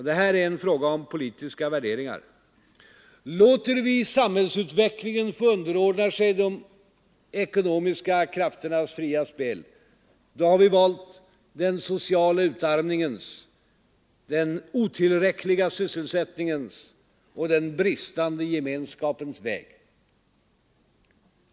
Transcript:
Detta är en fråga om politiska värderingar. Låter vi samhällsutvecklingen få underordna sig de ekonomiska krafternas fria spel, då har vi valt den sociala utarmningens, den otillräckliga sysselsättningens och den bristande gemenskapens väg.